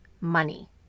money